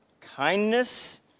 kindness